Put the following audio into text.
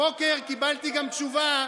הבוקר קיבלתי גם תשובה,